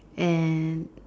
and